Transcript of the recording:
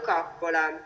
Coppola